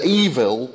evil